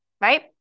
right